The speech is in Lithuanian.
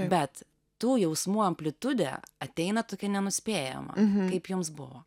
bet tų jausmų amplitudė ateina tokia nenuspėjama kaip jums buvo